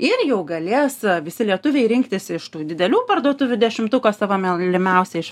ir jau galės visi lietuviai rinktis iš tų didelių parduotuvių dešimtuko savo melimiausią iš